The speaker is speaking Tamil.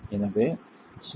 எனவே சுமார் 0